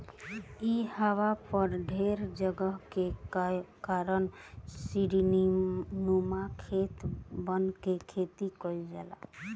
इहवा पर ढेर जगह के कारण सीढ़ीनुमा खेत बना के खेती कईल जाला